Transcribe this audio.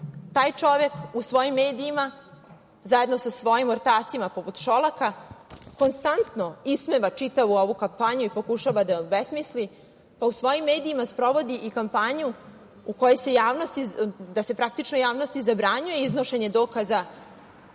taj čovek u svojim medijima, zajedno sa svojim ortacima, poput Šolaka, konstantno ismeva čitavu ovu kampanju i pokušava da je obesmisli, pa u svojim medijima sprovodi i kampanju u kojoj se praktično javnosti zabranjuje iznošenje dokaza